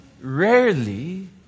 rarely